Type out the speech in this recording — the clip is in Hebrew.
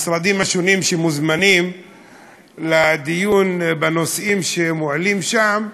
נציגי המשרדים השונים שמוזמנים לדיון בנושאים שמועלים שם,